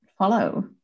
follow